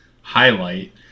highlight